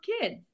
kids